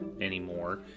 anymore